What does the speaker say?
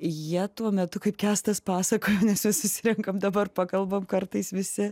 jie tuo metu kaip kęstas pasakojo nes susirenkam dabar pakalbam kartais visi